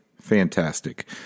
fantastic